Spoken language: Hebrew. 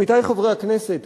עמיתי חברי הכנסת,